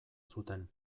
zuten